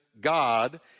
God